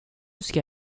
ska